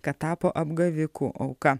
kad tapo apgavikų auka